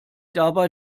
dabei